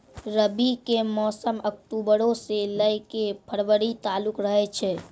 रबी के मौसम अक्टूबरो से लै के फरवरी तालुक रहै छै